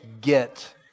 get